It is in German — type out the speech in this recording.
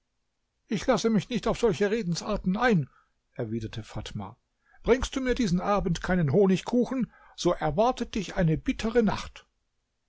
ich lasse mich nicht auf solche redensarten ein erwiderte fatma bringst du mir diesen abend keinen honigkuchen so erwartet dich eine bittere nacht